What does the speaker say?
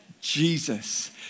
Jesus